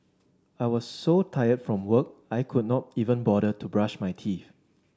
I was so tired from work I could not even bother to brush my teeth